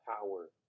power